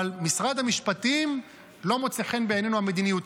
אבל משרד המשפטים: לא מוצאת חן בעינינו המדיניות.